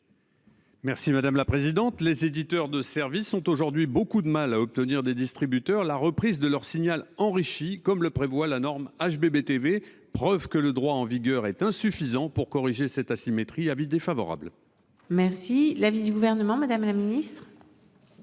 l'avis de la commission ? Les éditeurs de services ont aujourd'hui beaucoup de mal à obtenir des distributeurs la reprise de leur signal enrichi, comme le prévoit la norme HbbTV, preuve que le droit en vigueur est insuffisant pour corriger cette asymétrie. L'avis est donc défavorable. Quel est l'avis du Gouvernement ? Si le